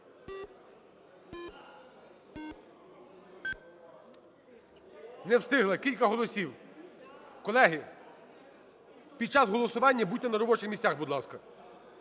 Не встигли, кілька голосів. Колеги, під час голосування будьте на робочих місцях, будь ласка.